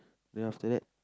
then after that